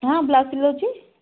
ହଁ ବ୍ଲାଉଜ୍ ସିଲୋଉଛି